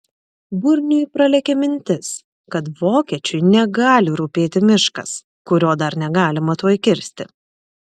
burniui pralėkė mintis kad vokiečiui negali rūpėti miškas kurio dar negalima tuoj kirsti